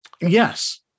Yes